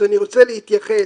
אז אני רוצה להתייחס,